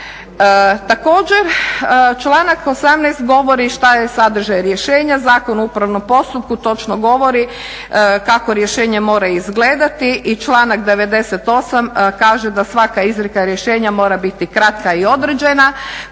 Također, članak 18. govori šta je sadržaj rješenja, Zakon o upravnom postupku točno govori kako rješenje mora izgledati i članak 98. kaže da svaka izreka rješenja mora biti kratka i određena